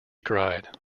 cried